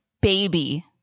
baby